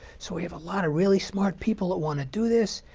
so we have a lot of really smart people that want to do this.